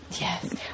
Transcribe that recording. Yes